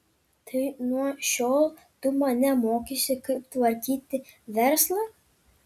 tai nuo šiol tu mane mokysi kaip tvarkyti verslą